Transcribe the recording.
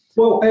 well,